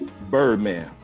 Birdman